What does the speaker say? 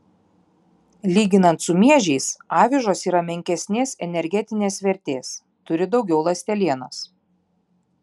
lyginant su miežiais avižos yra menkesnės energetinės vertės turi daugiau ląstelienos